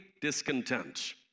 discontent